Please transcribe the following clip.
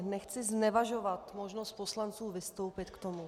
Nechci znevažovat možnost poslanců vystoupit k tomu.